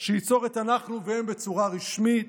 שייצור את "אנחנו" ו"הם" בצורה רשמית,